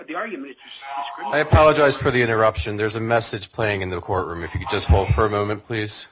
the argument i apologize for the interruption there's a message playing in the courtroom if you just heard a moment please